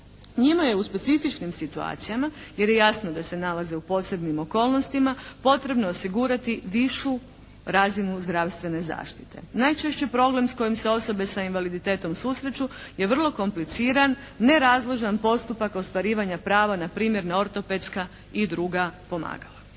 Njima je u specifičnim situacijama jer je jasno da se nalaze u posebnim okolnostima potrebno osigurati višu razinu zdravstvene zaštite. Najčešći problem s kojim se osobe sa invaliditetom susreću je vrlo kompliciran, nerazložan postupak ostvarivanja prava na primjer na ortopedska i druga pomagala.